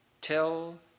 tell